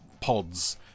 pods